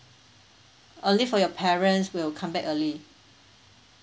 only for your parents will come back early